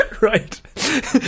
Right